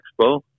Expo